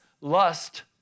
lust